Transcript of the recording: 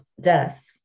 death